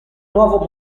nuovo